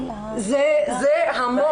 זה המון.